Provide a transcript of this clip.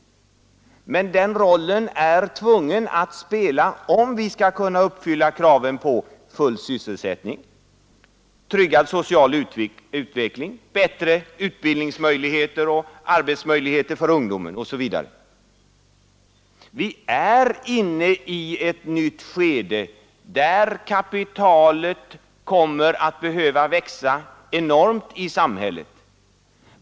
Men den rollen är vi tvungna att spela, om vi skall kunna uppfylla kraven på full sysselsättning, tryggad social utveckling, bättre utbildningsoch arbetsmöjligheter för ungdomen osv. Vi är inne i ett nytt skede, där kapitalet kommer att behöva växa enormt i samhället.